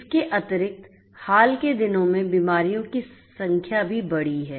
इसके अतिरिक्त हाल के दिनों में बीमारियों की संख्या भी बढ़ी है